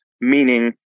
Meaning